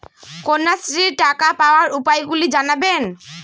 কন্যাশ্রীর টাকা পাওয়ার উপায়গুলি জানাবেন?